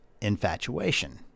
infatuation